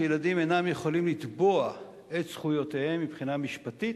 שילדים אינם יכולים לתבוע את זכויותיהם מבחינה משפטית,